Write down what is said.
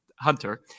Hunter